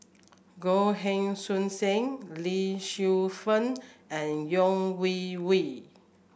Goh Heng Soon Sam Lee Shu Fen and Yeo Wei Wei